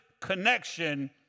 connection